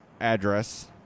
address